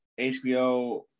HBO